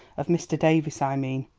of mr. davies, i mean?